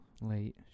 late